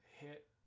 hit